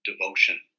devotion